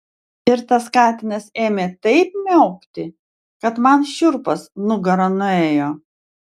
ir tas katinas ėmė taip miaukti kad man šiurpas nugara nuėjo